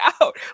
out